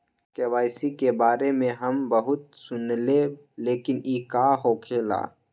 KYC के बारे में हम बहुत सुनीले लेकिन इ का होखेला?